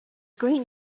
green